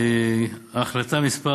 בהחלטה מס'